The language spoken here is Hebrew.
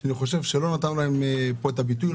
אני חושב שלא נתנו להם פה את הביטוי,